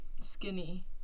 skinny